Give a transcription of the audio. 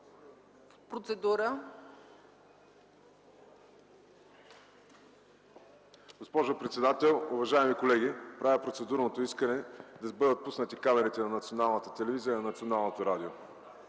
(Атака): Госпожо председател, уважаеми колеги! Правя процедурното искане да бъдат пуснати камерите на Националната телевизия и на Националното радио.